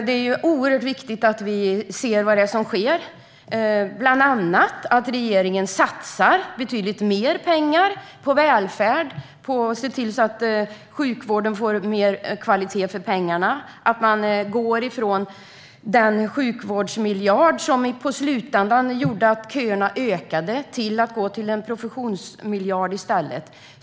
Det är oerhört viktigt att vi ser vad det är som sker, bland annat att regeringen satsar betydligt mer pengar på välfärd, att sjukvården får mer kvalitet för pengarna och att man går ifrån sjukvårdsmiljarden, som i slutändan gjorde att köerna ökade, till en professionsmiljard i stället.